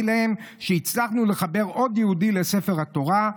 להם שהצלחנו לחבר עוד יהודי לספר התורה,